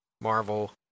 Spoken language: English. Marvel